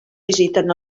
visiten